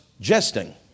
jesting